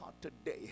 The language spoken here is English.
today